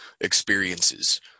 experiences